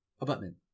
Abutment